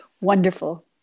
wonderful